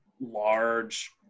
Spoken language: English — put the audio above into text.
large